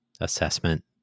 assessment